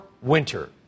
winter